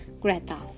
Greta